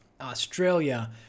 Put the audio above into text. Australia